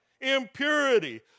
impurity